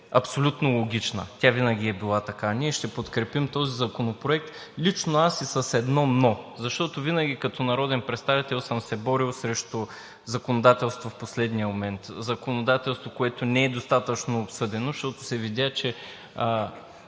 абсолютно логична и винаги е била такава. Ние ще подкрепим този законопроект. Лично аз и с едно „но“, защото като народен представител винаги съм се борил срещу законодателство в последния момент, законодателство, което не е достатъчно обсъдено. Видя се, че